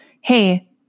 hey